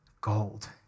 Gold